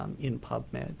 um in pubmed.